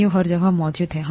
जीव हर जगह मौजूद हैं